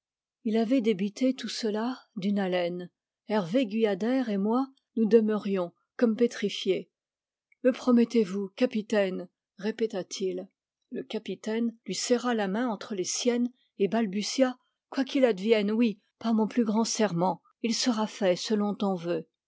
il avait débité tout cela d'une haleine hervé guyader et moi nous demeurions comme pétrifiés me promettez-vous capitaine répéta-t-il le capitaine lui serra la main entre les siennes et balbutia quoi qu'il advienne oui par mon plus grand serment il sera fait selon ton vœu